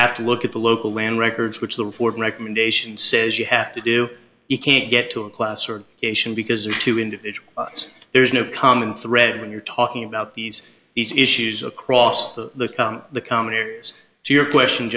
have to look at the local land records which the report recommendation says you have to do you can't get to a class or ation because of two individuals there is no common thread when you're talking about these these issues across the the common areas to your question